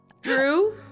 Drew